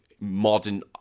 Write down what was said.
modern